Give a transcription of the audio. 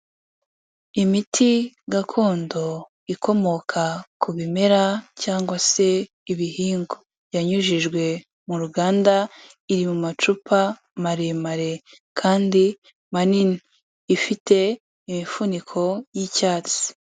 Imiti gakondo ikomoka ku bimera cyangwa se ibihingwa. Yanyujijwe mu ruganda iri mu macupa maremare kandi manini. Ifite imifuniko y'icyatsi.